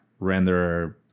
renderer